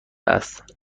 است